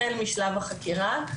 החל משלב החקירה,